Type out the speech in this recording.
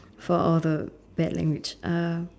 for all the bad language uh